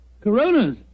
Coronas